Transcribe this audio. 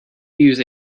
use